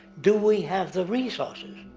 do we have the resources?